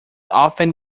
often